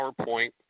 PowerPoint